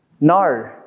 No